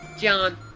John